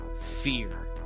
fear